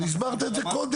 אבל הסברת את זה קודם,